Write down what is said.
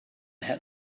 had